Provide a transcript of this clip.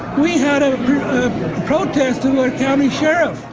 we had a protest of our county sheriff.